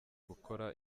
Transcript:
gukora